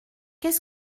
qu’est